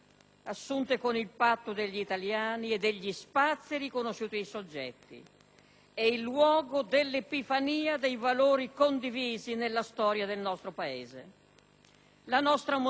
è il luogo dell'epifania dei valori condivisi nella storia del nostro Paese. La nostra mozione, come è stata bene illustrata, ha il suo fondamento nell'articolo 32,